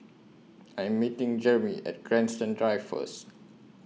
I Am meeting Jereme At Grandstand Drive First